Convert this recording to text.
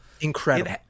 Incredible